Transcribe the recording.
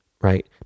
right